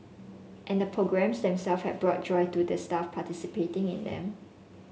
and the programmes them self have brought joy to the staff participating in them